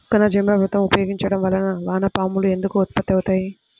ఘనజీవామృతం ఉపయోగించటం వలన వాన పాములు ఎందుకు ఉత్పత్తి అవుతాయి?